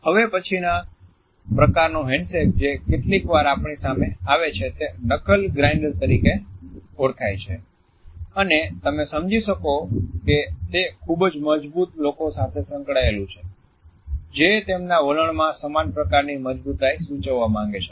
હવે પછીના પ્રકારનો હેન્ડશેક જે કેટલીકવાર આપણી સામે આવે છે તે નકલ ગ્રાઇન્ડર તરીકે ઓળખાય છે અને તમે સમજી શકો છો કે તે ખૂબ જ મજબુત લોકો સાથે સંકળાયેલું છે જે તેમના વલણમાં સમાન પ્રકારની મજબૂતાઈ સૂચવવા માંગે છે